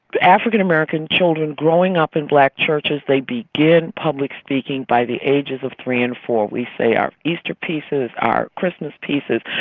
african american children growing up in black churches, they begin public speaking by the ages of three and four. we say our easter pieces, our christmas pieces.